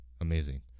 amazing